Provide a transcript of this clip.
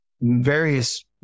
various